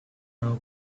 now